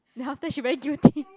then after that she very guilty